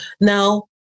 Now